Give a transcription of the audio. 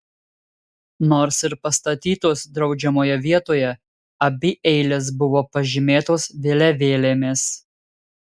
nors ir pastatytos draudžiamoje vietoje abi eilės buvo pažymėtos vėliavėlėmis